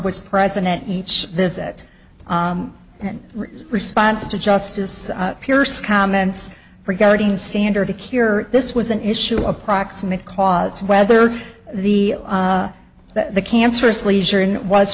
was president each visit and response to justice pierce comments regarding standard to cure this was an issue a proximate cause whether the that the cancer is leisure and was